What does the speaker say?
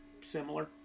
similar